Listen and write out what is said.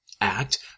Act